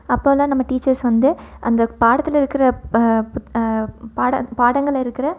அப்போயெலாம் நம்ம டீச்சர்ஸ் வந்து அந்த பாடத்தில் இருக்கிற பாட பாடங்களில் இருக்கிற